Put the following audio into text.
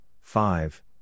five